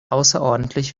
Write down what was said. außerordentlich